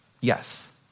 yes